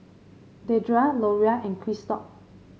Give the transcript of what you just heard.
Dedra Loria and Christop